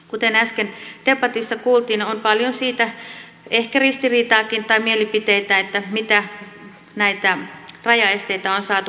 kuten äsken debatissa kuultiin on paljon siitä ehkä ristiriitaakin tai mielipiteitä mitä näistä rajaesteistä on saatu poistettua